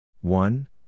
one